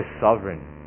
sovereign